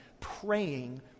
praying